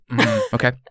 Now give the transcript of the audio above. Okay